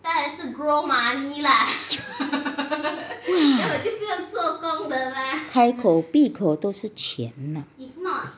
开口闭口都是钱的